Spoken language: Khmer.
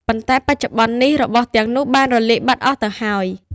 ប៉ុន្តែបច្ចុប្បន្ននេះ របស់ទាំងនោះបានរលាយបាត់អស់ទៅហើយ។